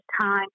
time